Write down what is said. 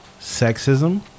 sexism